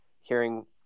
hearing